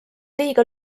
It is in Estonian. liiga